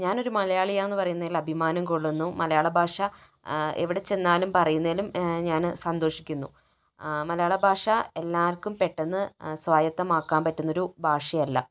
ഞാൻ ഒരു മലയാളിയാണെന്ന് പറയുന്നതിൽ അഭിമാനം കൊള്ളുന്നു മലയാള ഭാഷ എവിടെ ചെന്നാലും പറയുന്നതിലും ഞാൻ സന്തോഷിക്കുന്നു മലയാള ഭാഷ എല്ലാവർക്കും പെട്ടെന്ന് സ്വായത്തം ആകാൻ പറ്റുന്ന ഒരു ഭാഷയല്ല